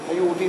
היהודים,